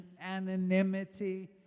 anonymity